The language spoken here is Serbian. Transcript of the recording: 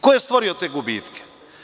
Ko je stvorio te gubitke?